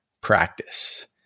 practice